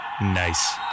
Nice